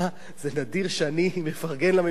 זה נדיר שאני מפרגן לממשלה,